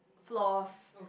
floors